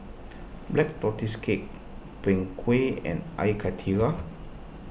Black Tortoise Cake Png Kueh and Air Karthira